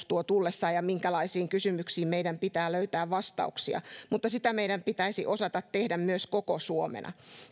tuo tullessaan ja minkälaisiin kysymyksiin meidän pitää löytää vastauksia mutta sitä meidän pitäisi osata tehdä myös koko suomena